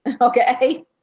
Okay